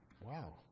Wow